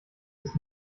ist